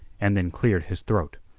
and then cleared his throat.